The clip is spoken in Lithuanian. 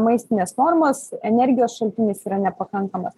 maistinės normos energijos šaltinis yra nepakankamas